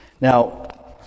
Now